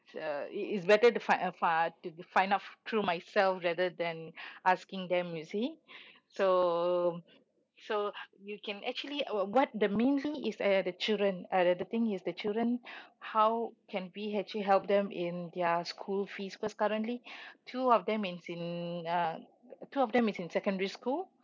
uh it's better to find out from uh find out through myself rather than asking them you see so so you can actually uh what the mainly is uh the children uh the thing is the children how can we actually help them in their school fees cause currently two of them is in uh two of them is in secondary school